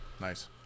Nice